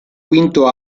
quinto